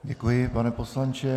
Děkuji pane poslanče.